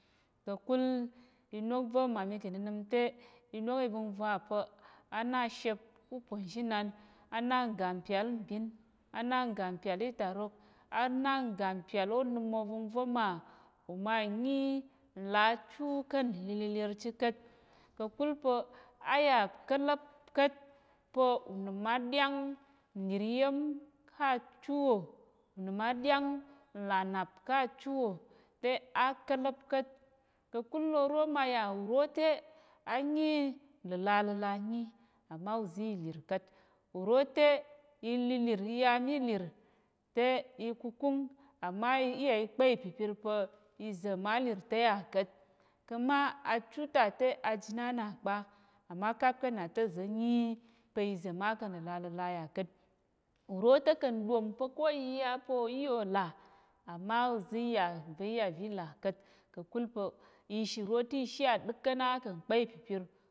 Ka̱kul inok va̱ mma mi ka̱ nnənəm te, inok ivəngva pa̱ á na ashep ûponzhinan, á ngga mpyal ḿbin, á ngga mpyal îtarok, á ngga mpyal ônəm ovəngva̱ mà, oma nyi nlà achu ká̱ nlilirlilir chit ka̱t, ka̱kul pa̱ á yà ka̱la̱p ka̱t pa̱ unəm á ɗyáng nlìr iya̱m ká̱ achu wò, unəm á ɗyáng nlà nnap ká̱ achu wò te á ka̱la̱p ka̱t ka̱kul oro ma yà uro te á nyi nləlaləla nyi, à má uza̱ i lìr ka̱t, uro te, ililir, i ya mi lir te, i kukúng à má i iyà i kpa ìpipir pa̱ má lir ta̱ yà ka̱t. Ka̱ma achu ta te aji na na kpa, à má káp ka̱ nna te uza̱ nyi pa̱ iza̱ má ka̱ nləlaləla yà ka̱t. Uro te kà̱ nɗom pa̱ ko yiya pa̱ ò iyà ò là à má uza̱ yà uza̱ iyà uza̱ i là ka̱t ka̱kul pa̱ uro te ishi à ɗək ká̱ na ka̱ nkpa ìpipir.